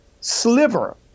sliver